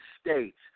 states